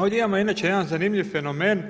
Ovdje imamo inače jedan zanimljiv fenomen